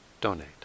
donate